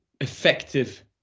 effective